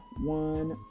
one